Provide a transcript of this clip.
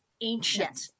ancient